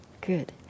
Good